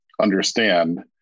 understand